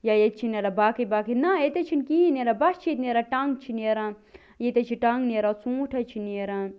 یا ییٚتہِ چھِ نیران باقٕے باقے نَہ ییٚتہِ حظ چھُنہٕ کِہیٖنۍ نیران بس چھِ ییٚتہِ نیران ٹنٛگ چھِ نیران ییٚتہِ حظ چھِ ٹنٛگ نیران ژوٗنٛٹھۍ حظ چھِ نیران